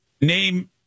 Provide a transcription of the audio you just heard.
Name